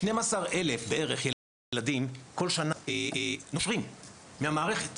12 אלף בערך ילדים כל שנה נושרים מהמערכת,